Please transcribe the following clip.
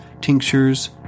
tinctures